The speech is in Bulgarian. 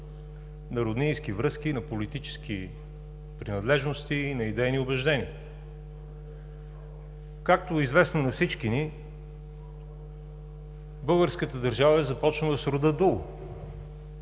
на роднински връзки, на политически принадлежности, на идейни убеждения. Както е известно на всички ни, българската държава е започнала с рода Дуло,